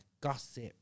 gossip